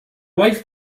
wife